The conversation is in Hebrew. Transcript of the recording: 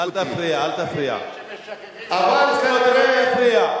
אל תפריע, אל תפריע.